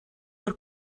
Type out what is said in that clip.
oedd